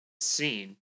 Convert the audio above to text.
scene